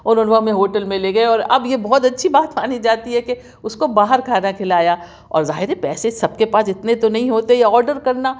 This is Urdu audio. اور نے ہمیں ہوٹل میں لے گئے اور اب یہ بہت اچھی بات مانی جاتی ہے کہ اس کو باہر کھانا کھلایا اور ظاہر ہے پیسے سب کے پاس اتنے تو نہیں ہوتے یہ آرڈر کرنا